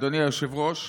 אדוני היושב-ראש,